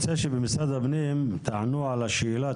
משרד הפנים, אני רוצה שתענו על השאלה.